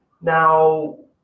now